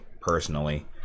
personally